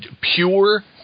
Pure